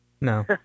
No